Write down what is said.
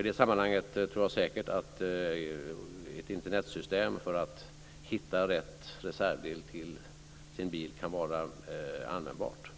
I det sammanhanget tror jag säkert att ett Internetsystem för att hitta rätt reservdel till sin bil kan vara användbart.